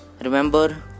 remember